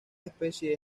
especie